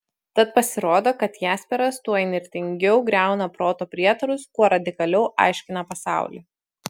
tad pasirodo kad jaspersas tuo įnirtingiau griauna proto prietarus kuo radikaliau aiškina pasaulį